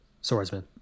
swordsman